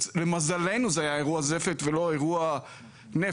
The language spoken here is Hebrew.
למזלנו זה היה אירוע זפת ולא אירוע נפט,